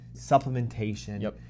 supplementation